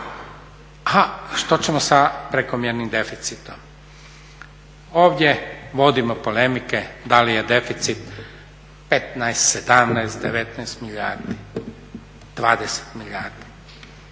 A što ćemo sa prekomjernim deficitom? Ovdje vodimo polemike da li je deficit 15, 17, 19, 20 milijardi,